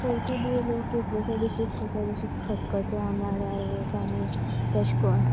चवथी बी लोक कितलेशे डिशीज करतात जशे खतखतें आंबाड्या रोस आनी तशें करून